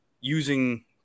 using